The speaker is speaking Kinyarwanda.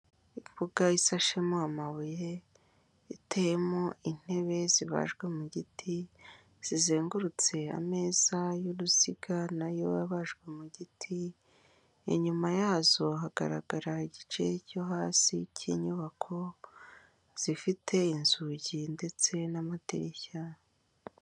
Imbuga ishashemo amabuye iteyemo intebe zibajwe mu giti zizengurutse ameza y'uruziga na yo yabajwe mu giti inyuma yazo hagaragara igice cyo hasi cy'inyubako zifite inzugi ndetse n'amadirishya.